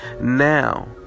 now